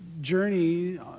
journey